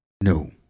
No